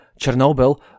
Chernobyl